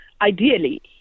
Ideally